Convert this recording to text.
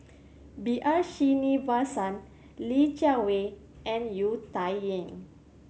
B R Sreenivasan Li Jiawei and You Tsai Yen